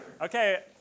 Okay